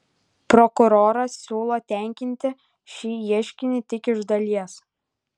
prokuroras siūlo tenkinti šį ieškinį tik iš dalies